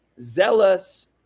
zealous